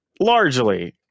largely